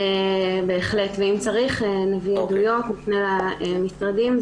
בהחלט, ואם צריך נביא עדויות, נפנה למשרדים.